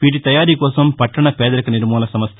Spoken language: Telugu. వీటి తయారి కోసం పట్లణ పేదరిక నిర్మూలన సంస్ల